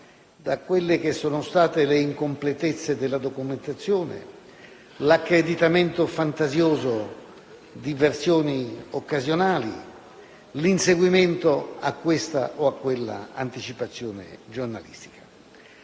a prescindere dalle incompletezze della documentazione, dall'accreditamento fantasioso di versioni occasionali e dall'inseguimento di questa o quella anticipazione giornalistica.